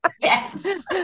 Yes